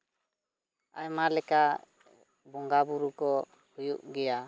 ᱟᱭᱢᱟ ᱞᱮᱠᱟ ᱵᱚᱸᱜᱟ ᱵᱩᱨᱩ ᱠᱚ ᱦᱩᱭᱩᱜ ᱜᱮᱭᱟ